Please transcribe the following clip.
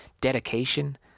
dedication